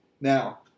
Now